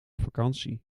vakantie